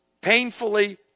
painfully